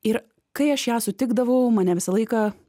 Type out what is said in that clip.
ir kai aš ją sutikdavau mane visą laiką